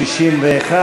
נא להצביע.